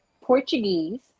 Portuguese